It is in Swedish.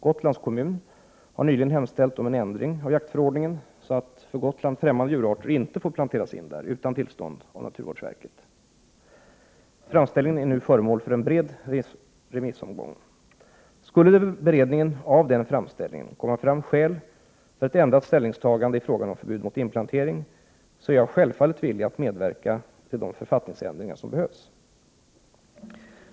Gotlands kommun har nyligen hemställt om en ändring av jaktförordningen, så att för Gotland främmande djurarter inte får planteras in där utan tillstånd av naturvårdsverket. Framställningen är nu föremål för en bred remissomgång. Skulle det vid beredningen av den framställningen komma fram skäl för ett ändrat ställningstagande i frågan om förbud mot inplantering, är jag självfallet villig att medverka till de författningsändringar som behövs.